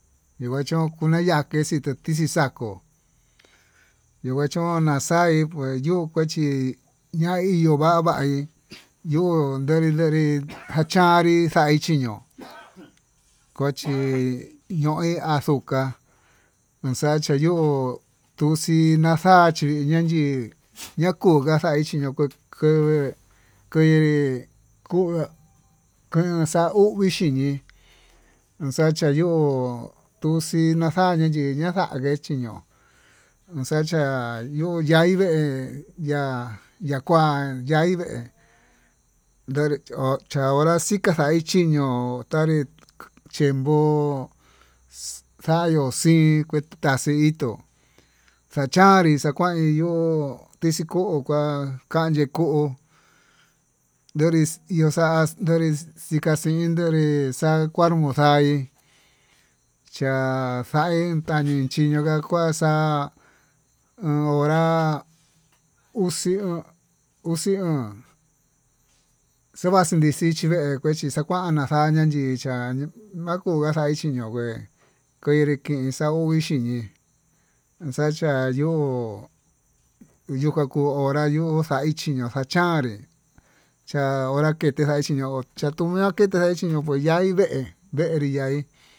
Yukachón xonaya kuaxe tuu tixii tixako yuu ña'a chón naxa'a, xaí kua yuu kuachí ñaí yo'o va'a vaí yuu donrí donrí njachanrí kuan chí ño'o, kochi ñoin azuca onxacha yuu tuxina xa'a chí yein yii yako xaí chí ña'a ko kanguá vee kua'a kanxau uxi ñii, nuxacha yo'o tuxii naxaí yii naxake chiño'o inxacha nui yaivee, ya yakuan yaive ndaré xa'a ho chika xaí chiño tanré tenbo'o xaño'o xii kuita xii to'ó xachanrí xakuain yo'ó tixii ko'o ka'á kanre ko'o yonrix iho xa'a yonrex chika chinyo'o vii xa'a kuanruu muxaí ta'a xaí chanin xiñuu nga kua xa'a uun hora, uxi o'on uxi o'on xeva'a nixinchi vee kuechi xakuana xanña ndii cha'a makuiga xain chiñón nagué kenren kii xauu ixhi ñii xhachá yo'o yuka kuu hora uu xaichi ño'o kuu xhaxannre xa'a hora chiño'o chatuu ñakete xachiño'o aindé venrí ndaí.